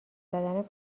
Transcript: زدم